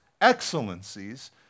excellencies